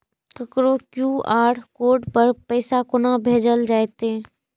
ककरो QR code पर पैसा कोना भेजल जेतै?